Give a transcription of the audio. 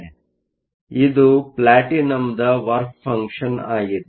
ಆದ್ದರಿಂದ ಇದು ಪ್ಲಾಟಿನಂನ ವರ್ಕ ಫಂಕ್ಷನ್Work function ಆಗಿದೆ